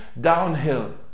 downhill